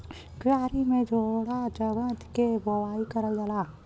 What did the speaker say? क्यारी में थोड़ा जगह दे के बोवाई करल जाला